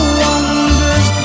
wonders